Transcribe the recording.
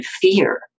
fear